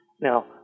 Now